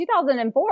2004